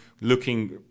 looking